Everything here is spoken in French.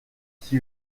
qui